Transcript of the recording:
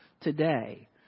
today